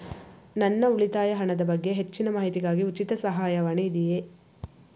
ನನ್ನ ಉಳಿತಾಯ ಹಣದ ಬಗ್ಗೆ ಹೆಚ್ಚಿನ ಮಾಹಿತಿಗಾಗಿ ಉಚಿತ ಸಹಾಯವಾಣಿ ಇದೆಯೇ?